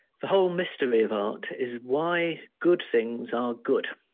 the whole mystery of art is why good things are good.